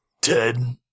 Ted